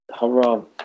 haram